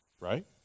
right